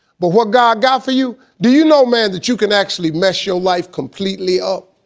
but, what god got for you, do you know, man, that you can actually mess your life completely up,